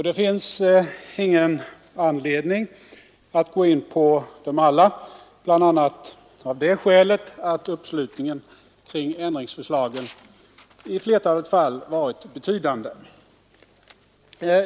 Det finns ingen anledning att gå in på dem alla, bl.a. av det skälet att uppslutningen kring ändringsförslagen i flertalet fall varit betydande.